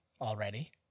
already